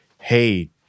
Hey